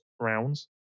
rounds